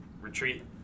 retreat